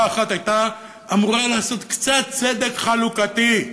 אחת הייתה אמורה לעשות קצת צדק חלוקתי,